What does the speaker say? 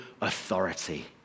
authority